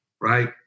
right